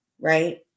right